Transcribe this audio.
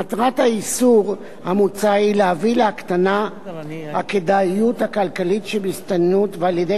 מטרת האיסור המוצע היא להביא להקטנה בכדאיות הכלכלית שבהסתננות ועל-ידי